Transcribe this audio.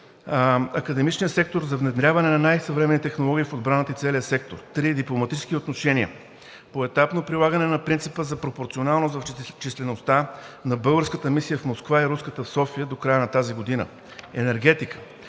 академичния сектор за внедряване на най-съвременни технологии в отбраната и целия сектор. 3. Дипломатически отношения: поетапно прилагане на принципа за пропорционалност в числеността на българската мисия в Москва и руската в София до края на тази година. 4. Енергетика: